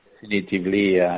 Definitively